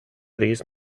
these